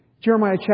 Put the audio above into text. Jeremiah